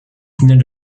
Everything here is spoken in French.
finale